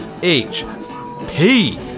HP